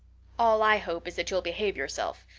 all i hope is that you'll behave yourself.